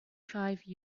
five